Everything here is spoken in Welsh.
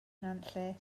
nantlle